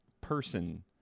person